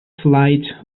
flight